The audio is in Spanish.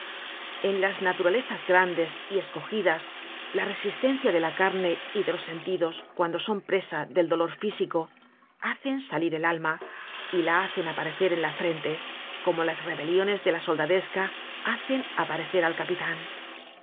en las naturalezas grandes y escogidas la resistencia de la carne y de los sentidos cuando son presa del dolor físico hacen salir el alma y la hacen aparecer en la frente como las rebeliones de la soldadesca hacen aparecer al capitan